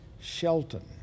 Shelton